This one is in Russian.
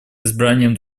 избранием